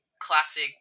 classic